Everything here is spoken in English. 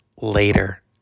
later